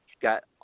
got –